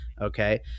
Okay